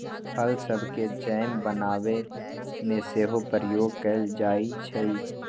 फल सभके जैम बनाबे में सेहो प्रयोग कएल जाइ छइ